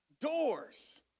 doors